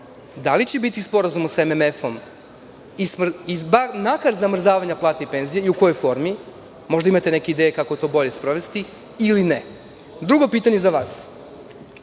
Da li će biti sporazuma sa MMF ili zamrzavanja plata penzija i u kojoj formi? Možda imate neke ideje kako to sprovesti ili možda nemate. Drugo pitanje za vas